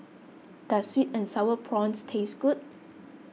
does Sweet and Sour Prawns taste good